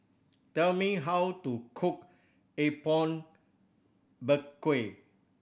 tell me how to cook Apom Berkuah